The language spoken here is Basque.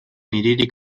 hiririk